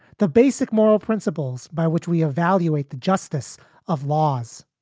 the basic moral principles by which we evaluate the justice of laws.